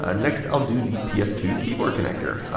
ah next i'll do the ps two keyboard connector.